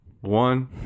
One